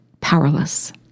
powerless